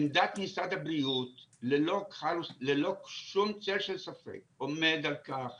עמדת משרד הבריאות ללא שום צל של ספק עומדת על כך